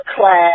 class